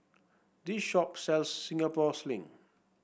this shop sells Singapore Sling